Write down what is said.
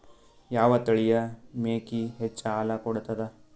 ಯಾವ ತಳಿಯ ಮೇಕಿ ಹೆಚ್ಚ ಹಾಲು ಕೊಡತದ?